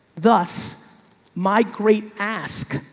thus my great ask,